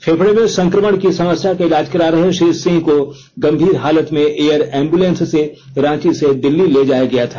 फेंफड़े में संकमण की समस्या का ईलाज करा रहे श्री सिंह को गंभीर हालत में एयर एंबुलेंस से रांची से दिल्ली ले जाया गया था